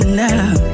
now